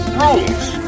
Rules